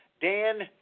Dan